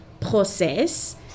process